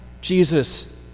Jesus